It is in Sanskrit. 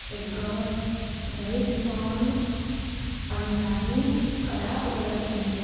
एग्गोस् वैट् फा़र्म् अण्डानि कदा उपलभ्यन्ते